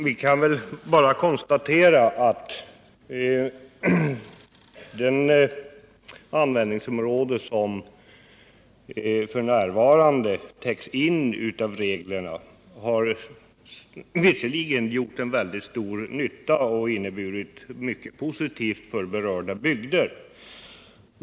Vi kan konstatera att medlen med det användningsområde som f. n. täcks in av reglerna visserligen har gjort mycket stor nytta och inneburit mycket positivt för berörda bygder.